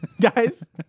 guys